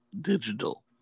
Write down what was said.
digital